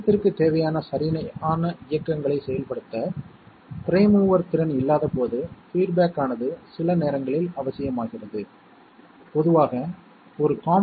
சிக்னல்களை உருவாக்கும் சில சிக்னல்களை எடுக்கும் சென்சார்கள் நம்மிடம்உள்ளன என்று வைத்துக்கொள்வோம் அங்கு A 0 வெப்பநிலை 60 டிகிரிக்கு குறைவாகவும் இல்லையெனில் 1 க்கு சமமாகவும் இருக்கும்